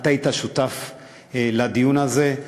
אתה היית שותף לדיון הזה.